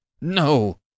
no